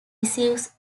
receives